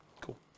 Cool